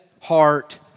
heart